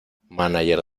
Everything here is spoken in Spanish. mánager